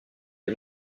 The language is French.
les